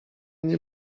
nie